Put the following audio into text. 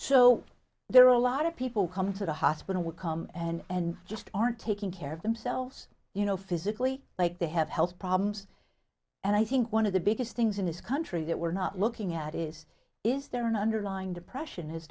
so there are a lot of people come to the hospital come and and just aren't taking care of themselves you know physically like they have health problems and i think one of the biggest things in this country that we're not looking at is is there an underlying depression as